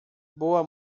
boa